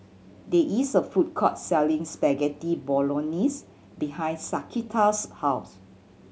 there is a food court selling Spaghetti Bolognese behind Shaquita's house